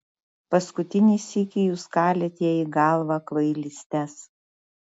paskutinį sykį jūs kalėt jai į galvą kvailystes